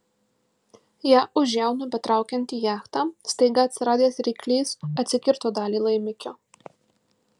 ją už žiaunų betraukiant į jachtą staiga atsiradęs ryklys atsikirto dalį laimikio